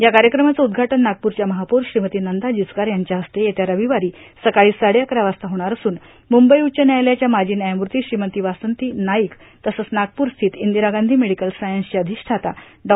या कार्यक्रमाचं उद्घाटन नागपूरच्या महापौर श्रीमती नंदा जिचकार यांच्या हस्ते येत्या रविवारी सकाळी साडेअकरा वाजता होणार असून मुंबई उच्च व्यायालयाच्या माजी व्यायमूर्ती श्रीमती वासंती नाईक तसंच नागपूर स्थित इंदिरा गांधी मेडिकल सायन्सचे अधिष्ठाता डॉ